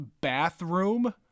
bathroom